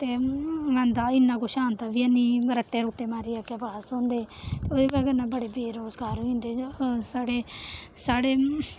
ते आंदा इ'न्ना कुछ आंदा बी है निं रट्टे रूट्टे मारियै अग्गें पास होंदे उ'दी बजह कन्नै बड़े बेरोजगार होई जंदे साढ़े साढ़े